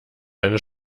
seine